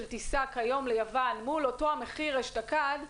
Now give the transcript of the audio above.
טיסה כיום ליוון מול אותו מחיר אשתקד,